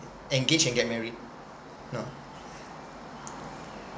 engaged and get married no